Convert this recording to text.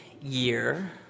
year